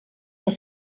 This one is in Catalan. les